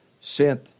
sent